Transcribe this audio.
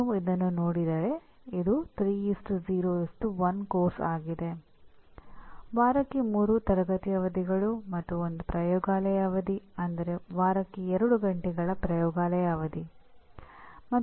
ಇದರ ಅರ್ಥವೇನೆಂದರೆ ವಿದ್ಯಾರ್ಥಿಗಳಿಗೆ ಏನು ಮಾಡಲು ಸಾಧ್ಯವಾಗುತ್ತದೆ ಎಂಬುದರ ಸ್ಪಷ್ಟ ಚಿತ್ರಣದಿಂದ ಪ್ರಾರಂಭಿಸಿ ನಂತರ ಇಲ್ಲಿ ಕಲಿಕೆಯ ಪ್ರಕ್ರಿಯೆ ಸಂಭವಿಸುತ್ತದೆ ಎಂದು ಖಚಿತಪಡಿಸಿಕೊಳ್ಳುವ ಪಠ್ಯಕ್ರಮ ಸೂಚನೆ ಮತ್ತು ಅಂದಾಜುವಿಕೆಯನ್ನು ಆಯೋಜಿಸುತ್ತದೆ